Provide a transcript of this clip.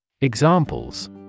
Examples